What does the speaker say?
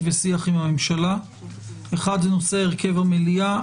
ושיח עם הממשלה אחד זה נושא הרכב המליאה.